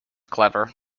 clever